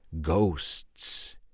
ghosts